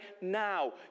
Now